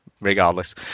regardless